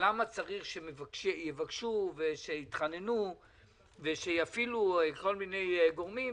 למה צריך שיבקשו, יתחננו ויפעילו כל מיני גורמים.